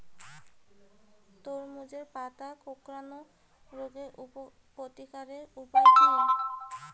তরমুজের পাতা কোঁকড়ানো রোগের প্রতিকারের উপায় কী?